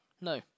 No